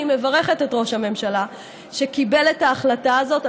אני מברכת את ראש הממשלה שקיבל את ההחלטה הזאת.